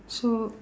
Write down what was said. so